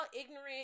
ignorant